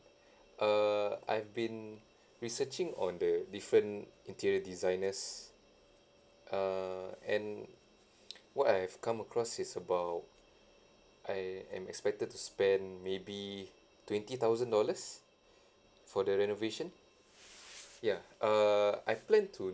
err I've been researching on the different interior designers err and what I have come across is about I am expected to spend maybe twenty thousand dollars for the renovation ya err I plan to